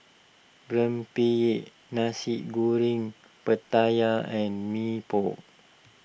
Rempeyek Nasi Goreng Pattaya and Mee Pok